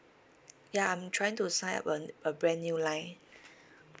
ya I'm trying to sign up an a brand new line